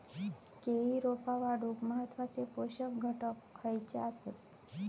केळी रोपा वाढूक महत्वाचे पोषक घटक खयचे आसत?